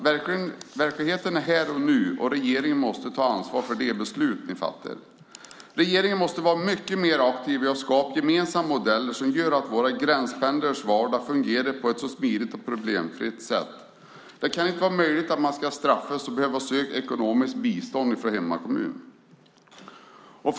Verkligheten är här och nu, och regeringen måste ta ansvar för de beslut som man fattar. Regeringen måste vara mycket mer aktiv i att skapa gemensamma modeller som gör att våra gränspendlares vardag fungerar på ett så smidigt sätt som möjligt. Det kan inte vara nödvändigt att man ska straffas och behöva söka ekonomiskt bistånd från hemmakommunen.